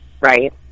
right